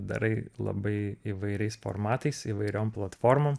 darai labai įvairiais formatais įvairiom platformom